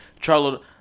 Charlo